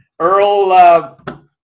Earl